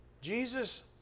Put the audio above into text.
Jesus